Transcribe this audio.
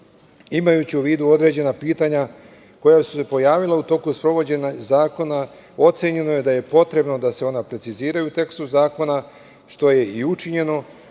u vidu određena pitanja koja su se pojavila u toku sprovođenja zakona, ocenjeno je da je potrebno da se ona preciziraju u tekstu zakona što je i učinjeno